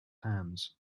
hands